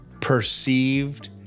perceived